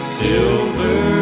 silver